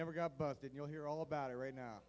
never got busted you'll hear all about it right now